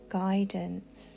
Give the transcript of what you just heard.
guidance